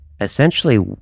essentially